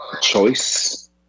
choice